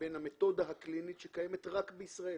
בין המתודה הקלינית שקיימת רק בישראל.